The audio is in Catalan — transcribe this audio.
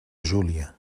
júlia